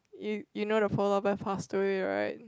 you you know the polar bear passed away right